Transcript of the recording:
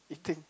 eating